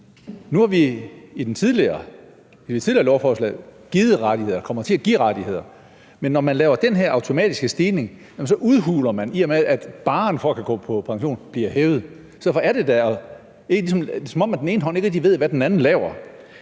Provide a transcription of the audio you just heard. og kommer til at give rettigheder, men når man laver den her automatiske stigning, så udhuler man det, i og med at barren for, hvornår man kan gå på pension, bliver hævet. Så det er, som om den ene hånd ikke rigtig ved, hvad den anden laver.